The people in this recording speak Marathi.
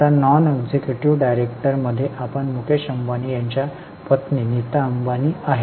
आता नॉन एक्झिक्युटिव्ह डायरेक्टर मध्ये आपण मुकेश अंबानी यांच्या पत्नी नीता अंबानी आहेत